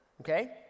okay